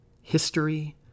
history